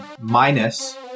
Minus